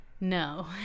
No